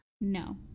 no